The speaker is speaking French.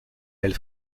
elle